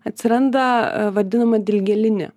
atsiranda vadinama dilgėlinė